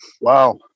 Wow